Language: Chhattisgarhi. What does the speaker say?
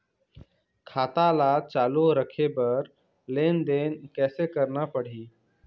खाता ला चालू रखे बर लेनदेन कैसे रखना पड़ही?